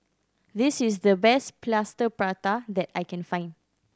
this is the best Plaster Prata that I can find